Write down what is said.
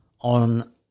on